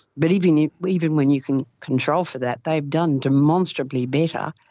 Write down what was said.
but even ah even when you can control for that, they've done demonstrably better.